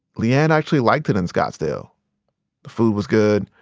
le-ann actually liked it in scottsdale. the food was good.